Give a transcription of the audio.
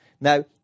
Now